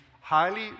highly